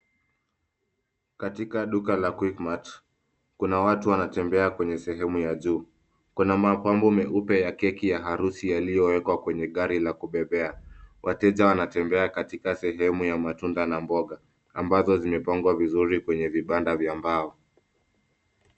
Katika duka la Quickmart , kuna watu wanatembea kwenye sehemu ya juu. Kuna mapambo meupe ya keki ya harusi yaliyowekwa kwenye gari la kubebea. Wateja wanatembea katika sehemu ya matunda na mboga ambazo zimepangwa vizuri kwenye vibanda vya mbao.